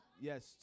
yes